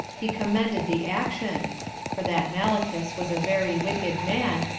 he commended the action for that malichus was a very wicked man,